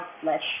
flesh